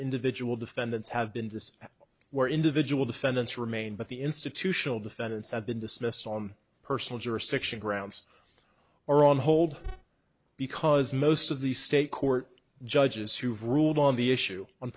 individual defendants have been this where individual defendants remain but the institutional defendants have been dismissed on personal jurisdiction grounds or on hold because most of the state court judges who've ruled on the issue on